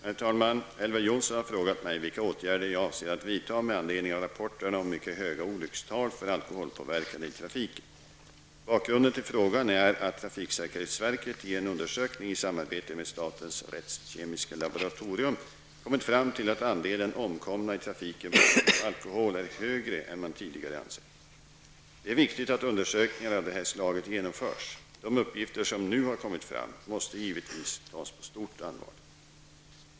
Herr talman! Elver Jonsson har frågat mig vilka åtgärder jag avser att vidta med anledning av rapporterna om mycket höga olyckstal för alkoholpåverkade i trafiken. Bakgrunden till frågan är att trafiksäkerhetsverket i en undersökning i samarbete med statens rättskemiska laboratorium kommit fram till att andelen omkomna i trafiken på grund av alkohol är högre än man tidigare ansett. Det är viktigt att undersökningar av det här slaget genomförs. De uppgifter som nu har kommit fram måste givetvis tas på stort allvar.